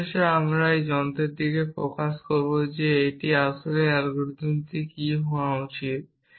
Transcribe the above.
অবশেষে আমরা এই যন্ত্রের দিকেও ফোকাস করব যে আসলেই এই অ্যালগরিদমটি কী হওয়া উচিত